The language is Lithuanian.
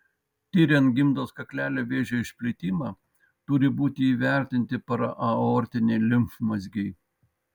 tiriant gimdos kaklelio vėžio išplitimą turi būti įvertinti paraaortiniai limfmazgiai